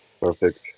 perfect